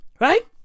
right